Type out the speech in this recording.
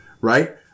Right